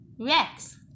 Rex